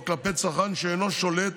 או כלפי צרכן שאינו שולט